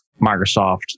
Microsoft